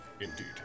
Indeed